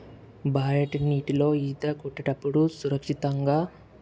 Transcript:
బయటి నీటిలో ఈత కొట్టేటప్పుడు సురక్షితంగా